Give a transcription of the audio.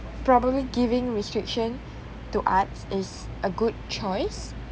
probably giving restriction to arts is a good choice